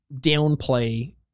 downplay